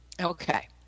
Okay